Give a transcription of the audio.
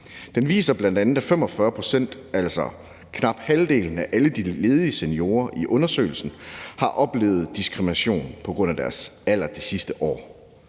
Den viser bl.a., at 45 pct., altså knap halvdelen af alle de ledige seniorer i undersøgelsen, har oplevet diskrimination på grund af deres alder det sidste år.